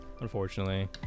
Unfortunately